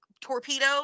torpedo